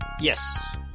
yes